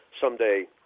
someday –